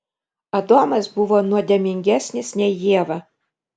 adomas buvo nuodėmingesnis nei ieva